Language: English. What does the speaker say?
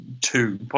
two